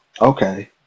Okay